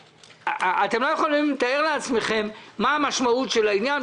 אתם לא יכולים לתאר לעצמכם מה המשמעות של העניין.